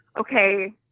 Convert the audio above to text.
okay